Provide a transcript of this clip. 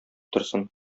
торсын